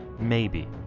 maybe.